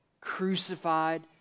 crucified